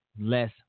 less